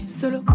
solo